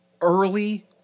early